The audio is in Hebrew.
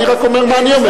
אני רק אומר מה אני אומר.